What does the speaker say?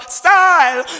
style